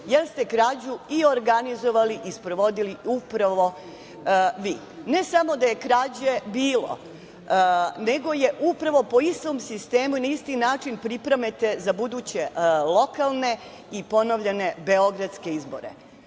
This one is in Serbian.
jer ste krađu i organizovali i sprovodili upravo vi. Ne samo da je krađe bilo, nego je upravo po istom sistemu, na isti način pripremate za buduće lokalne i ponovljene beogradske izbore.